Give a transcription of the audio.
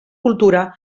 cultura